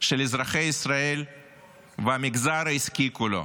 של אזרחי ישראל והמגזר העסקי כולו.